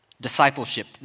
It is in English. discipleship